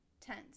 tense